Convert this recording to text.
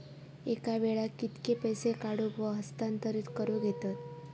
एका वेळाक कित्के पैसे काढूक व हस्तांतरित करूक येतत?